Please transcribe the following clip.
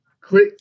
Click